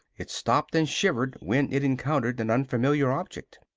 it stopped and shivered when it encountered an unfamiliar object.